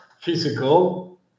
physical